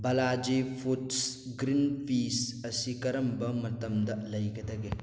Balaji Foods green peas ꯑꯁꯤ ꯀꯔꯝꯕ ꯃꯇꯝꯗ ꯂꯩꯒꯗꯒꯦ